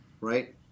right